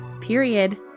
period